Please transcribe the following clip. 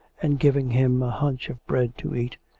and giving him a hunch of bread to eat,